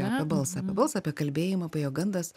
apie balsą apie balsą apie kalbėjimą gandas